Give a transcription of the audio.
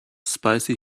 spicy